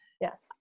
Yes